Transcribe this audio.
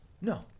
No